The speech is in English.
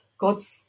God's